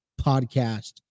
podcast